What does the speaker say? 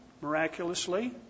miraculously